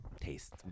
taste